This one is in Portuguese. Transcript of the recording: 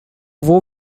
vou